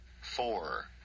four